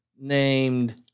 named